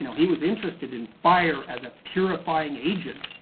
you know he was interested in fire as a purifying agent.